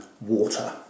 water